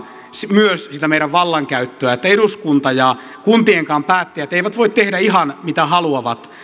myös sitä meidän vallankäyttöämme että eduskunta ja kuntienkaan päättäjät eivät voi tehdä ihan mitä haluavat